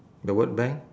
the word bank